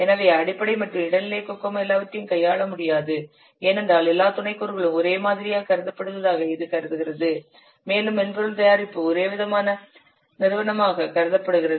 எனவே அடிப்படை மற்றும் இடைநிலை கோகோமோ எல்லாவற்றையும் கையாள முடியாது ஏனென்றால் எல்லா துணைக் கூறுகளும் ஒரே மாதிரியாகக் கருதப்படுவதாக இது கருதுகிறது மேலும் மென்பொருள் தயாரிப்பு ஒரே விதமான நிறுவனமாகக் கருதப்படுகிறது